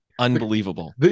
Unbelievable